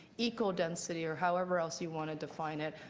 eco-density, or however else you want to define it.